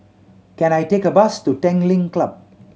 can I take a bus to Tanglin Club